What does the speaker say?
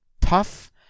tough